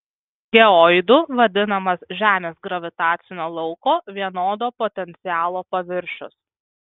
geoidu vadinamas žemės gravitacinio lauko vienodo potencialo paviršius